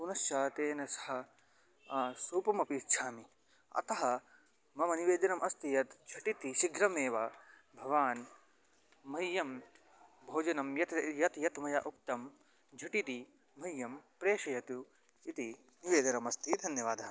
पुनश्च तेन सह सूपमपि इच्छामि अतः मम निवेदनम् अस्ति यत् झटिति शीघ्रमेव भवान् मह्यं भोजनं यत् यत् यत् मया उक्तं झटिति मह्यं प्रेषयतु इति निवेदनमस्ति धन्यवादः